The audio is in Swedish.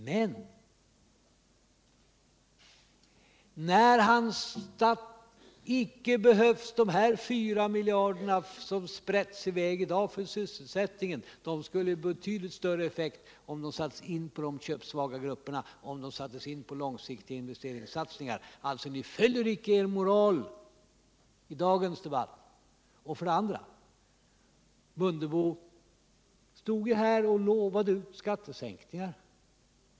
Han sade att icke behövs de här 4 miljarderna, som sprättas i väg i dag för sysselsättningen —de skulle få betydligt större effekt om de sattes in på de köpsvaga grupperna och om de sattes in i form av långsiktiga investeringssatsningar. Ni följer icke er moral i dagens debatt! Herr Mundebo står här och lovar ut skattesänkningar.